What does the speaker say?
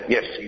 Yes